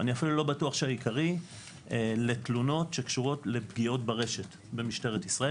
אפילו לא בטוח שהעיקרי לתלונות שקשורות לפגיעות ברשת במשטרת ישראל,